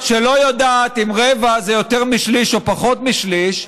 אותה אחת שלא יודעת אם רבע זה יותר משליש או פחות משליש,